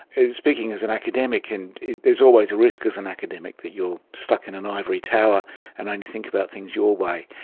speaking as an academic, and there's always a risk as an academic that you're stuck in an ivory tower and only think about things your way,